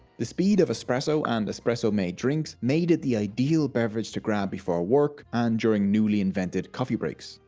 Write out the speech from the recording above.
the speed of espresso and espresso made drinks made it the ideal beverage to grab before work and during newly invented coffee breaks.